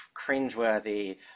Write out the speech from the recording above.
cringeworthy